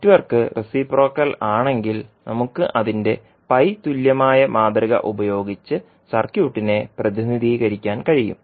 network reciprocal ആണെങ്കിൽ നമുക്ക് അതിന്റെ പൈ തുല്യമായ മാതൃക ഉപയോഗിച്ച് സർക്യൂട്ടിനെ പ്രതിനിധീകരിക്കാൻ കഴിയും